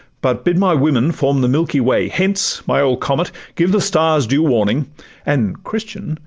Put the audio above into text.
but bid my women form the milky way. hence, my old comet! give the stars due warning and, christian!